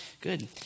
good